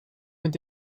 met